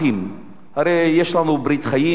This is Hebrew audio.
הרי יש לנו ברית חיים וברית דמים,